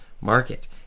market